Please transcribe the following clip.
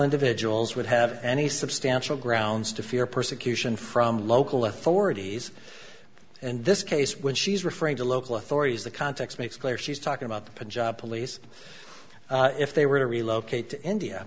individuals would have any substantial grounds to fear persecution from local authorities and this case when she's referring to local authorities the context makes clear she's talking about the punjab police if they were to relocate to india